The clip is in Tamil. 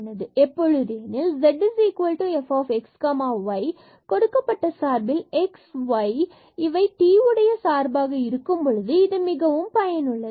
எப்பொழுது எனில் z fxy கொடுக்கப்பட்ட சார்பில் x and y இவை t உடைய சார்பாக இருக்கும் பொழுது இது மிகவும் பயனுள்ளது